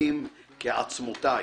חורקים כעצמותיי.